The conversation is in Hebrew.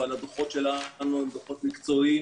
אבל הדוחות שלנו הם דוחות מקצועיים,